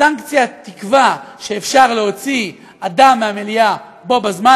הסנקציה תקבע שאפשר להוציא אדם מהמליאה בו בזמן,